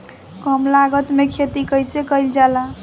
कम लागत में खेती कइसे कइल जाला?